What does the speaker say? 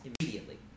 immediately